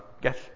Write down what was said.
guess